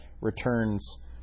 returns